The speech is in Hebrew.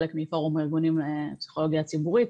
חלק מפורום הארגונים מהפסיכולוגיה הציבורית